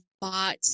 bought